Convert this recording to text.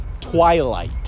twilight